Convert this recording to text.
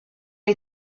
ont